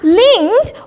linked